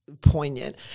poignant